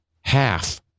half